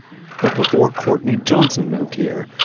but before courtney johnson moved here,